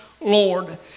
Lord